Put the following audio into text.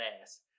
ass